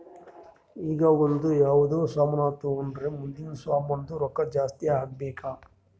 ಈಗ ಒಂದ್ ಯಾವ್ದೇ ಸಾಮಾನ್ ತೊಂಡುರ್ ಮುಂದ್ನು ಸಾಮಾನ್ದು ರೊಕ್ಕಾ ಜಾಸ್ತಿ ಆಗ್ಬೇಕ್